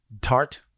tart